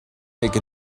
take